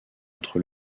entre